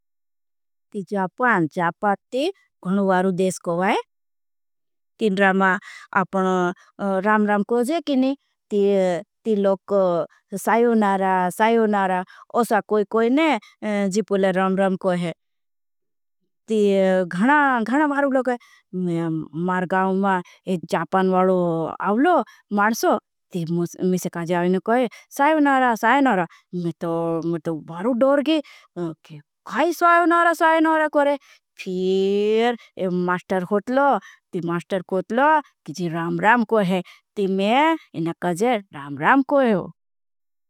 जापान जापाती खुलू वारू देश को वाई तीन रामा आपना। राम राम कोईजे कीनी ती लोग सायू नारा। सायू नारा ओसा कोई कोईने जीपोले राम राम कोई ती घणा। घणा मारू लोग मार गाउं मा जापान। वाड़ो आवलो माडशो ती मुझे काज़ा आवलो कोई सायू। नारा सायू नारा मैं तो बारू डोर गी काई सायू नारा सायू। नारा कोई फिर मास्टर खोटलो ती मास्टर खोटलो कीजी राम। राम कोई है ती मैं इना काज़े राम राम कोई हूँ।